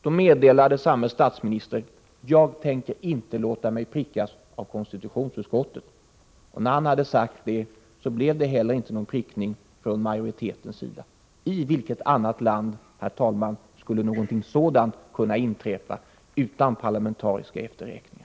Då meddelade samme statsminister: Jag tänker inte låta mig prickas av konstitutionsutskottet! När han hade sagt detta blev det heller inte någon prickning från utskottets sida. I vilket annat land, herr talman, skulle någonting sådant kunna inträffa utan parlamentariska efterräkningar?